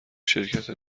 شرکت